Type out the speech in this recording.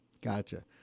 Gotcha